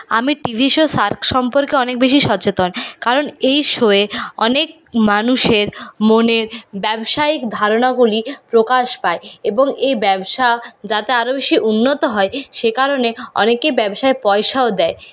আমি TV show Shark সম্পর্কে অনেক বেশি সচেতন কারণ এই শোয়ে অনেক মানুষের মনের ব্যবসায়িক ধারণাগুলি প্রকাশ পায় এবং এই ব্যবসা যাতে আরো বেশি উন্নত হয় সে কারণে অনেকে ব্যবসায় পয়সাও দেয়